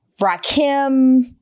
Rakim